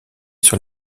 sur